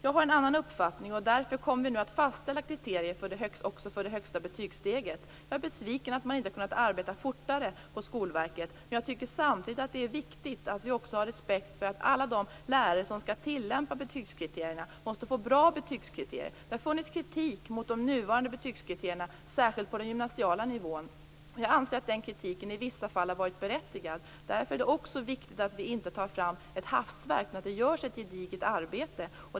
Jag har en annan uppfattning, och därför kommer vi nu att fastställa kriterier också för det högsta betygssteget. Jag är besviken över att man inte har kunnat arbeta fortare på Skolverket, men jag tycker samtidigt att det är viktigt att ha respekt för att alla de lärare som skall tillämpa betygskriterierna får bra betygskriterier. Det har funnits kritik mot de nuvarande betygskriterierna, särskilt på den gymnasiala nivån, och jag anser att den i vissa fall har varit berättigad. Därför är det också viktigt att vi inte tar fram ett hafsverk utan att det görs ett gediget arbete.